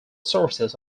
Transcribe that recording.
sources